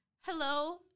Hello